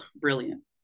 brilliant